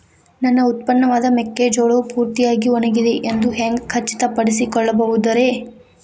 ನನ್ನ ಉತ್ಪನ್ನವಾದ ಮೆಕ್ಕೆಜೋಳವು ಪೂರ್ತಿಯಾಗಿ ಒಣಗಿದೆ ಎಂದು ಹ್ಯಾಂಗ ಖಚಿತ ಪಡಿಸಿಕೊಳ್ಳಬಹುದರೇ?